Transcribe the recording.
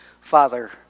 Father